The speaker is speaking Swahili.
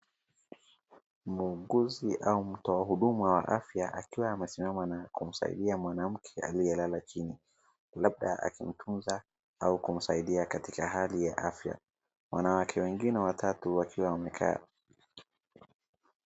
Muuguzi au mtu wa hudumu ya afya akiwa amesimama na kumasaidia mwanamke aliye lala chini labda akitunza au kumsaidia katika hali ya afya wanawake wengine watatu wakiwa wamekaa .